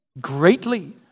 greatly